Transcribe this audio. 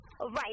Right